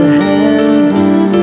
heaven